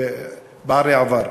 פערי עבר.